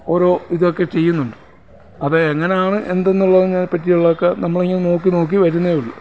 ഓരോ ഇതൊക്കെ ചെയ്യുന്നുണ്ട് അതെങ്ങനെയാണ് എന്തെന്നുള്ളതിനെപ്പറ്റിയുള്ളതൊക്കെ നമ്മളിങ്ങനെ നോക്കി നോക്കി വരുന്നതേയുള്ളു